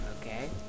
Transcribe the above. Okay